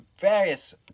various